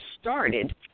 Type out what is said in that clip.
started